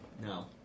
no